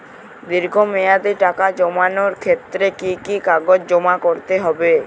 দীর্ঘ মেয়াদি টাকা জমানোর ক্ষেত্রে কি কি কাগজ জমা করতে হবে?